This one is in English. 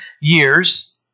years